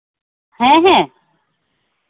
ᱦᱮᱸ ᱦᱮᱸ